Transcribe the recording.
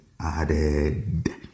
added